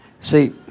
see